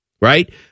Right